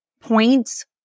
points